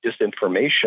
disinformation